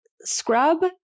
scrub